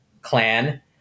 clan